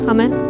Amen